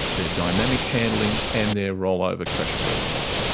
their dynamic handling and their rollover crash-worthiness.